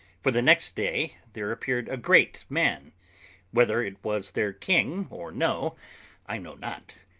for the next day there appeared a great man whether it was their king or no i know not,